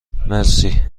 مرسی